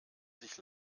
sich